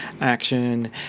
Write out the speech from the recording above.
action